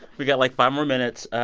we've got like five more minutes.